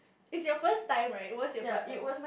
is your first time right it was your first time